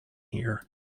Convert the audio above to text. here